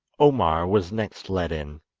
omar was next led in,